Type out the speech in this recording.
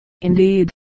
indeed